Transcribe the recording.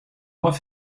alle